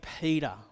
Peter